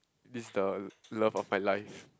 this the love of my life